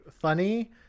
funny